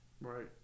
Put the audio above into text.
Right